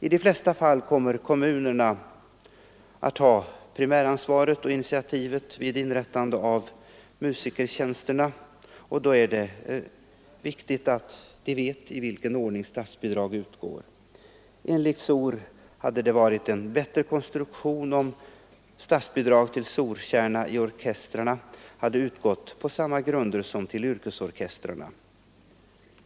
I de flesta fall kommer kommunerna att ha primäransvaret och initiativet vid inrättande av musikertjänsterna, och då är det viktigt att de vet i vilken omfattning statsbidrag utgår. Enligt SOR hade det varit en bättre konstruktion om statsbidrag till SOR-kärnan i orkestrarna hade utgått på samma grunder som till yrkesorkestrarna.